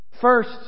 First